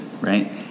right